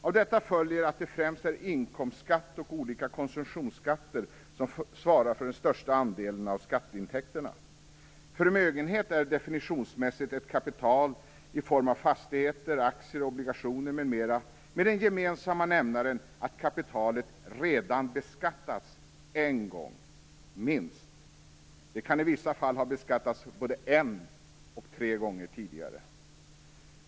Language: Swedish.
Av detta följer att det främst är inkomstskatt och olika konsumtionsskatter som svarar för den största andelen av skatteintäkterna. Förmögenhet är definitionsmässigt ett kapital i form av fastigheter, aktier, obligationer, m.m. med den gemensamma nämnaren att kapitalet redan beskattats en gång, minst - det kan i vissa fall ha beskattats både en och tre gånger tidigare.